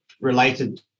related